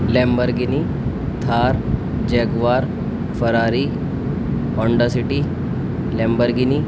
Lamborghini Thar jaguar Ferrari Honda city Lamborghini